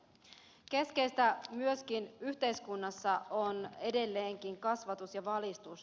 myöskin keskeistä yhteiskunnassa on edelleenkin kasvatus ja valistus